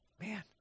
man